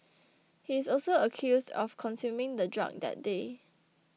he is also accused of consuming the drug that day